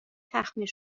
تخمیر